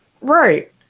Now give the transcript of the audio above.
Right